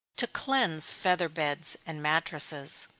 to cleanse feather beds and mattresses.